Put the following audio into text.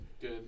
Good